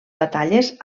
batalles